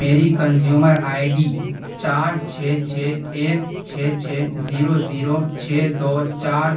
میری consumer I D چار چھ چھ ایک چھ چھ زیرو زیرو چھ دو چار